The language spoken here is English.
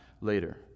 later